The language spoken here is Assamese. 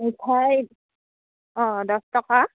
মিঠাই অঁ দহ টকা